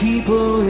People